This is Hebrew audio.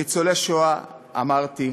ניצולי שואה, אמרתי,